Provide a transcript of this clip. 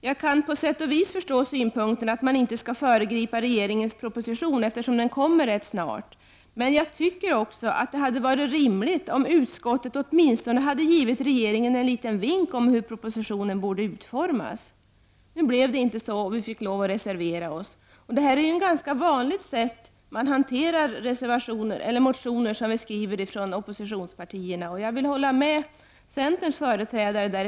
Jag kan på sätt och vis förstå synpunkten att man inte skall föregripa regeringens proposition, eftersom den kommer rätt snart, men jag tycker också att det hade varit rimligt om utskottet åtminstone hade givit regeringen en liten vink om hur propositionen borde utformas. Nu blev det inte så, och vi fick lov att reservera oss. Det är ett ganska vanligt sätt att hantera motioner som kommer från oppositionspartierna. Jag håller med centerns företrädare här.